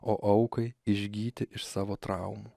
o aukai išgyti iš savo traumų